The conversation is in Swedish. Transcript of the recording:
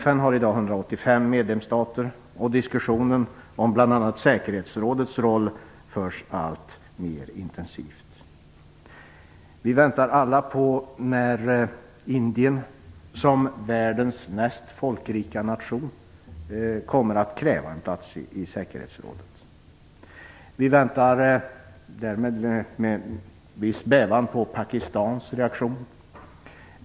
FN har i dag 185 medlemsstater. Diskussionen om bl.a. säkerhetsrådets roll förs alltmer intensivt. Vi väntar alla på att Indien, som världens mest folkrika nation, kommer att kräva en plats i säkerhetsrådet. Vi väntar därmed med viss bävan på Pakistans reaktion.